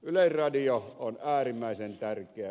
yleisradio on äärimmäisen tärkeä